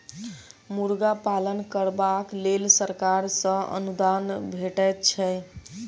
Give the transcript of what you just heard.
मुर्गा पालन करबाक लेल सरकार सॅ अनुदान भेटैत छै